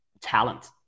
talent